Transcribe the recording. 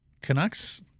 Canucks